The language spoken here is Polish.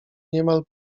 niemal